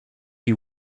you